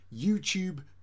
YouTube